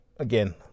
Again